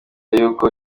yuko